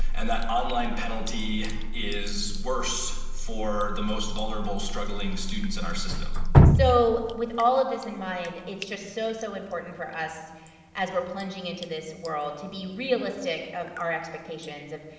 and that online penalty is worse for the most vulnerable struggling students in our system so with all of this in mind, it's just so, so important for us as we're plunging into this world to be realistic of our expectations of,